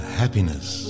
happiness